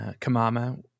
Kamama